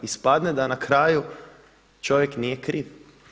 Ispadne da na kraju čovjek nije kriv.